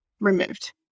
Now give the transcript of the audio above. removed